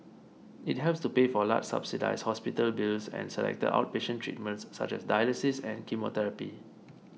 it helps to pay for large subsidised hospital bills and selected outpatient treatments such as dialysis and chemotherapy